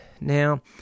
Now